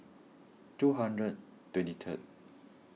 two hundred twenty third